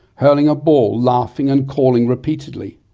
hurling a ball, laughing and calling repeatedly.